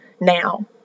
now